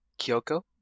Kyoko